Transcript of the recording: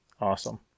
awesome